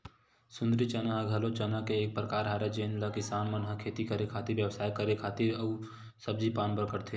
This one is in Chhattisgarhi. सुंदरी चना ह घलो चना के एक परकार हरय जेन ल किसान मन ह खेती करे खातिर, बेवसाय करे खातिर अउ सब्जी पान बर करथे